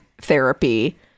therapy